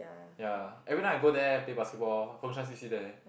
ya every time I go there play basketball Fengshan C_C there